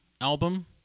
album